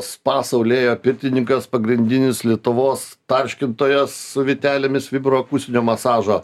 spa saulėja pirtininkas pagrindinis lietuvos tarškintojas vytelėmis vibroakustinio masažo